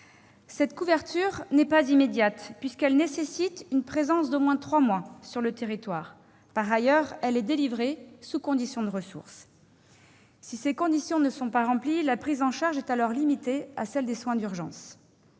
Cette couverture n'est pas immédiate, puisqu'elle nécessite une présence d'au moins trois mois sur le territoire. Par ailleurs, elle est délivrée sous condition de ressources. Si ces conditions ne sont pas remplies, la prise en charge est alors limitée à celle des soins urgents.